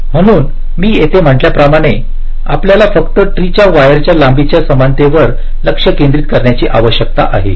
म्हणून मी येथे म्हटल्याप्रमाणे आम्हाला फक्त ट्री च्या वायर लांबीच्या समानतेवर लक्ष केंद्रित करण्याची आवश्यकता आहे